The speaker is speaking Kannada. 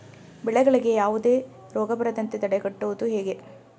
ಬೆಳೆಗಳಿಗೆ ಯಾವುದೇ ರೋಗ ಬರದಂತೆ ತಡೆಗಟ್ಟುವುದು ಹೇಗೆ?